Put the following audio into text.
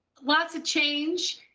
lots of change.